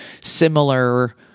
similar